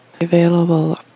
available